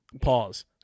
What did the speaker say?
pause